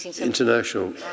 international